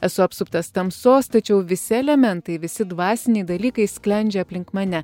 esu apsuptas tamsos tačiau visi elementai visi dvasiniai dalykai sklendžia aplink mane